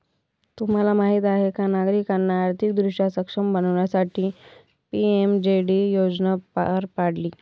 तुम्हाला माहीत आहे का नागरिकांना आर्थिकदृष्ट्या सक्षम बनवण्यासाठी पी.एम.जे.डी योजना पार पाडली